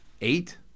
Eight